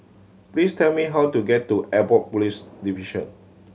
please tell me how to get to Airport Police Division